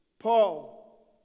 Paul